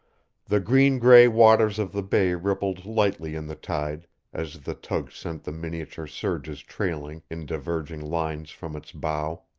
the green-gray waters of the bay rippled lightly in the tide as the tug sent the miniature surges trailing in diverging lines from its bow.